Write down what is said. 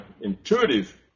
intuitive